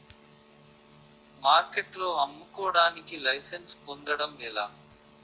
మార్కెట్లో అమ్ముకోడానికి లైసెన్స్ పొందడం ఎలా?